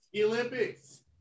Olympics